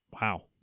wow